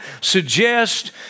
suggest